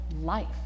life